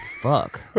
fuck